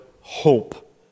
hope